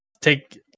take